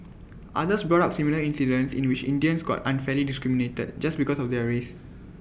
others brought up similar incidents in which Indians got unfairly discriminated just because of their race